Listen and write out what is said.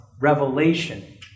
revelation